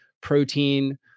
protein